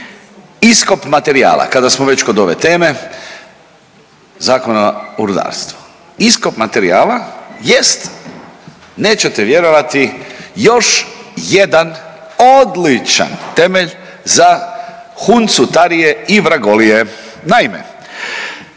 iskop materijala, kada smo već kod ove teme Zakona o rudarstvu. Iskop materijala jest, nećete vjerovati, još jedan odličan temelj za huncutarije i vragolije.